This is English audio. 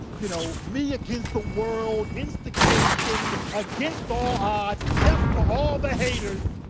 you know, me against the world, instigation against all odds, death to all the haters,